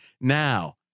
now